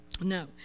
No